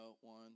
one